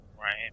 Right